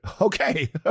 Okay